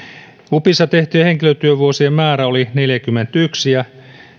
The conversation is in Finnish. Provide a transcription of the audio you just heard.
upissa tehtyjen henkilötyövuosien määrä oli neljäkymmentäyksi ja